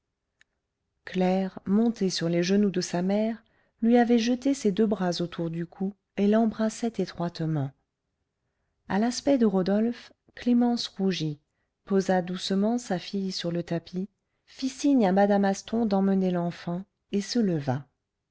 claire montée sur les genoux de sa mère lui avait jeté ses deux bras autour du cou et l'embrassait étroitement à l'aspect de rodolphe clémence rougit posa doucement sa fille sur le tapis fit signe à mme asthon d'emmener l'enfant et se leva